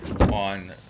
on